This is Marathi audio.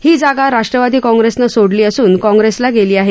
ही जागा राष्ट्वादी काँप्रेसनं सोडली असून काँप्रेसला गेली आहे